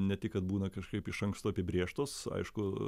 ne tik kad būna kažkaip iš anksto apibrėžtos aišku